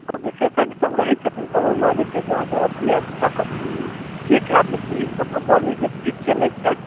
विशेषज्ञसभ रहै छथिन तऽ ओहिमे जे छै से अहाँकेँ अथी हैत देखय चेक हैत जे कि मतलब बॉलिंगके स्पीड छै कि नहि छै